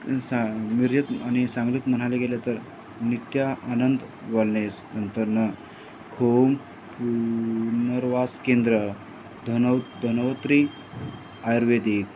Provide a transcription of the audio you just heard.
आणि सा मिरजेत आणि सांगलीत म्हणायला गेलं तर नित्या आनंद वलनेस नंतरनं होम पूनर्वास केंद्र धनौ धनवंतरी आयुर्वेदिक